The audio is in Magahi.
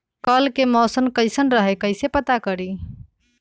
कल के मौसम कैसन रही कई से पता करी?